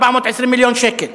420 מיליון שקל.